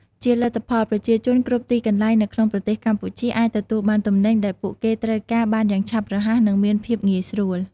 ជាលទ្ធផល ប្រជាជនគ្រប់ទីកន្លែងនៅក្នុងប្រទេសកម្ពុជាអាចទទួលបានទំនិញដែលពួកគេត្រូវការបានយ៉ាងឆាប់រហ័សនិងមានភាពងាយស្រួល។